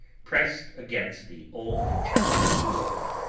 pressed against the old chapel door.